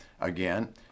again